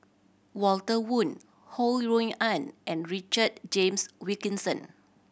Walter Woon Ho Rui An and Richard James Wilkinson